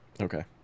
Okay